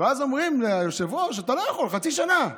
ואז אומרים ליושב-ראש: אתה לא יכול חצי שנה.